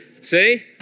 See